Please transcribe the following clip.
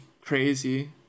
crazy